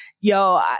yo